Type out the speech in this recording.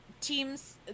teams